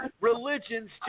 Religion's